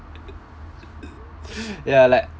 ya like